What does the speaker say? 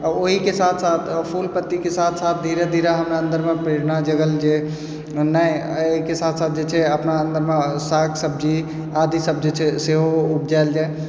आओर ओहीके साथ साथ फूल पत्तीके साथ साथ धीरे धीरे हमरा अन्दरमे प्रेरणा जगल जे नहि एहिके साथ साथ जे छै अपना अन्दरमे साग सब्जी आदि सभ जे छै सेहो उपजायल जाइ